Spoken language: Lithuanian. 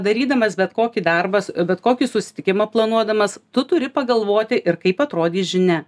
darydamas bet kokį darbas bet kokį susitikimą planuodamas tu turi pagalvoti ir kaip atrodys žinia